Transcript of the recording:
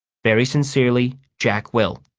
very sincerely, jack will